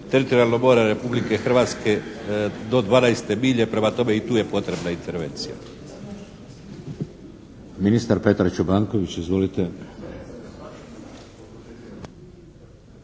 teritorijalnim morem Republike Hrvatske do 12 milje. Prema tome i u tu je potrebna intervencija.